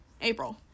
April